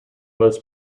most